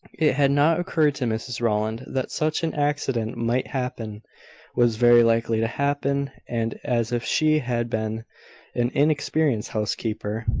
it had not occurred to mrs rowland that such an accident might happen was very likely to happen and, as if she had been an inexperienced housekeeper,